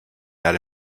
had